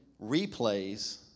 replays